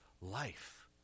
life